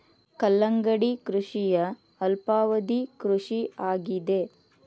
ಕಲ್ಲಂಗಡಿ ಕೃಷಿಯ ಅಲ್ಪಾವಧಿ ಕೃಷಿ ಆಗಿದೆ